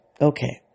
Okay